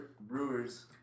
Brewers